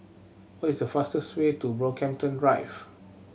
what is the fastest way to Brockhampton Drive